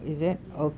ya